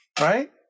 right